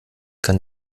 kann